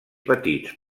petits